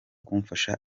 kumfasha